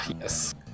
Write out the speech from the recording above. Yes